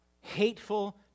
hateful